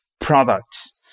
products